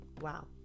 Wow